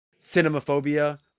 Cinemaphobia